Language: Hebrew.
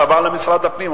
אתה בא למשרד הפנים,